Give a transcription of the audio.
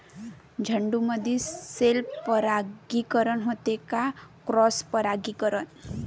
झेंडूमंदी सेल्फ परागीकरन होते का क्रॉस परागीकरन?